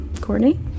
Courtney